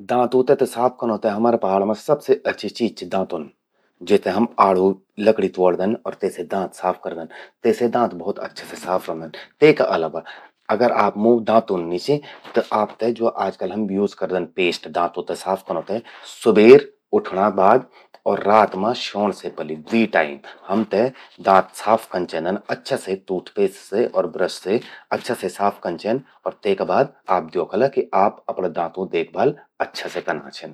दांतूं ते त साफ कनौ ते हमरा पहाड़ मां सबसे अच्छि चीज चि दातुन। जेते हम आड़ूू लकड़ि त्वोणदन अर तेसे हम दांत साफ करदन। तेसे दांत भोत अच्छा से साफ ह्वे जंदन। तेका अलावा, अगर आपमूं दातुन नी चि, त आपते ज्वो आजकल जो हम यूज करदन पेस्ट, दांतूं ते साफ कनौ ते। सुबेर उठणा बाद अर रात मां स्योंण से पलि, द्वी टाइम हमते दांत साफ कन चेंदन अच्छा से। टूथ पेस्ट अर ब्रश से अच्छा से साफ कन चेंद। अर तेका बाद आप द्योखला आप दांतूं कि देखभाल अच्छा से कना छिन।